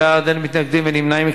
23 בעד, אין מתנגדים, אין נמנעים.